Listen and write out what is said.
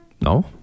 No